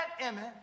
Emmett